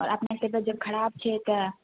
आओर अपनेके जब खराब छै तऽ